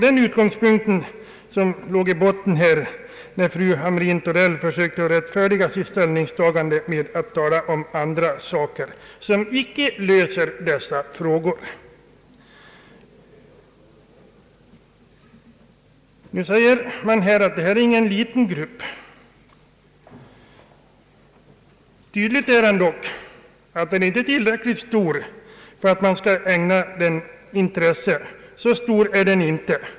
Det var väl därför fru Hamrin-Thorell försökte rättfärdiga sitt ställningstagande med att tala om andra saker, som inte löser dessa problem. Man säger att detta inte är någon liten grupp. Tydligen är den dock inte tillräckligt stor för att man skall ägna den intresse.